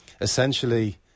essentially